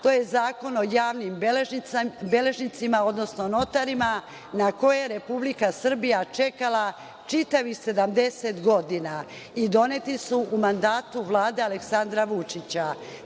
to je Zakon o javnim beležnicima, odnosno notarima, na koji je Republika Srbija čekala čitavih 70 godina i doneti su u mandatu Vlade Aleksandra Vučića.